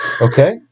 okay